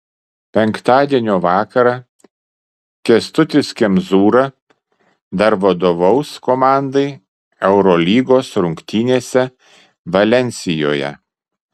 penktadienio vakarą kęstutis kemzūra dar vadovaus komandai eurolygos rungtynėse valensijoje